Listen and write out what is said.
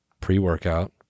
pre-workout